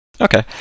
Okay